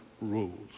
rules